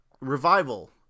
revival